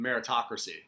meritocracy